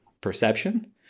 perception